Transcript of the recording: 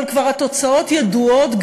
אבל כבר התוצאות ידועות,